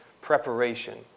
preparation